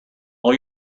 all